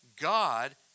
God